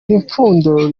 ipfundo